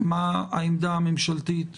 מה העמדה הממשלתית